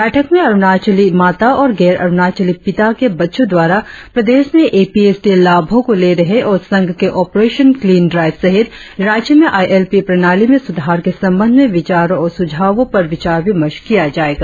बैठक में अरुणाचली माता और गैर अरुणाचली पिता के बच्चों द्वारा प्रदेश में एपीएसटी लाभो को ले रहे और संघ के ऑपरेशन क्लीन ड्राइव सहित राज्य में आईएलपी प्रणाली में सुधार के संबंध में विचारों और सुझावों पर विचार तिमर्था किया जाएगा